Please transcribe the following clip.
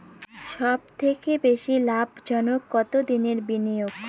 সবথেকে বেশি লাভজনক কতদিনের বিনিয়োগ?